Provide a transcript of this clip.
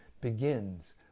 begins